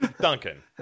Duncan